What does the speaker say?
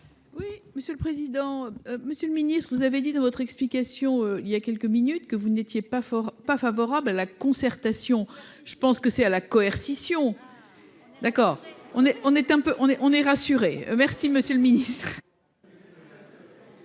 Oui, monsieur le président, Monsieur le Ministre, vous avez dit dans votre explication, il y a quelques minutes, que vous n'étiez pas fort pas favorables à la concertation, je pense que c'est à la coercition d'accord on est, on est un peu, on est on est